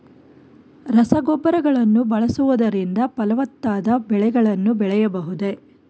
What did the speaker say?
ರಸಗೊಬ್ಬರಗಳನ್ನು ಬಳಸುವುದರಿಂದ ಫಲವತ್ತಾದ ಬೆಳೆಗಳನ್ನು ಬೆಳೆಯಬಹುದೇ?